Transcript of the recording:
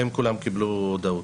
הם כולם קיבלו הודעות.